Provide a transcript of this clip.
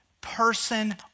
person